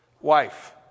wife